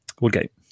Woodgate